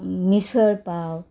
misal pav